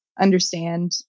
understand